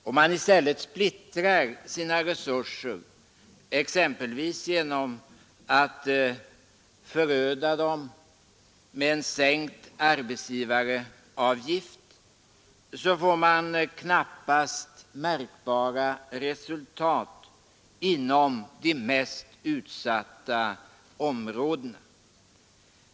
Om man i stället splittrar sina resurser, exempelvis genom att föröda dem med en sänkt arbetsgivaravgift, så får man knappast märkbara resultat inom de mest utsatta områdena.